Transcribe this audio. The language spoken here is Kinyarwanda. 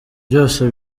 byose